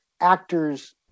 actors